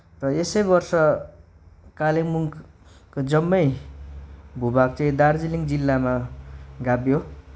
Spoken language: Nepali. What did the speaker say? र यसै वर्ष कालिम्पोङको जम्मै भूभाग चाहिँ दार्जिलिङ जिल्लामा गाभियो